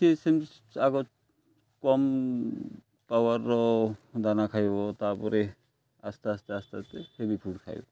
ସେ ସେମିତି ଆଗ କମ୍ ପାୱାର୍ର ଦାନା ଖାଇବ ତା'ପରେ ଆସ୍ତେ ଆସ୍ତେ ଆସ୍ତେ ଆସ୍ତେ ହେଭି ଫୁଡ଼୍ ଖାଇବ